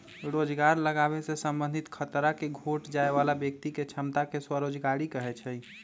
रोजगार लागाबे से संबंधित खतरा के घोट जाय बला व्यक्ति के क्षमता के स्वरोजगारी कहै छइ